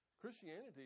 Christianity